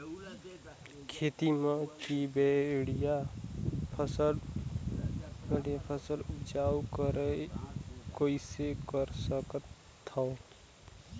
खेती म मै बढ़िया फसल उपजाऊ कइसे कर सकत थव?